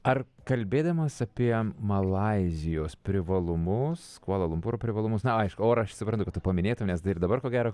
ar kalbėdamas apie malaizijos privalumus kvala lumpūro privalumus na aišku orą aš suprantu kad tu paminėtum nes ir dabar ko gero